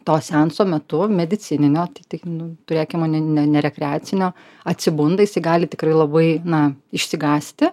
to seanso metu medicininio tai nu turėkim o ne ne rekreacinio atsibunda jisai gali tikrai labai na išsigąsti